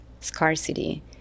scarcity